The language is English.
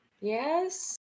Yes